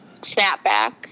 Snapback